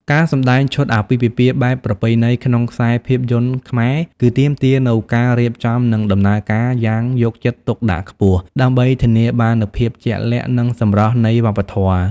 ការសម្ដែងឈុតអាពាហ៍ពិពាហ៍បែបប្រពៃណីក្នុងខ្សែភាពយន្តខ្មែរ គឺទាមទារនូវការរៀបចំ និងដំណើរការយ៉ាងយកចិត្តទុកដាក់ខ្ពស់ ដើម្បីធានាបាននូវភាពជាក់លាក់ និងសម្រស់នៃវប្បធម៌។